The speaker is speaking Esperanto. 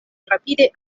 rapide